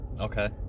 Okay